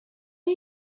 are